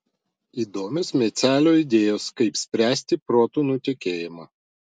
įdomios mecelio idėjos kaip spręsti protų nutekėjimą